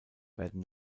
werden